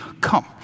Come